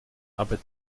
aber